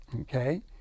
okay